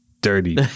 dirty